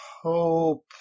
hope